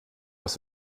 was